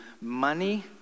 money